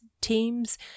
Teams